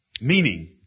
meaning